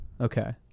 Okay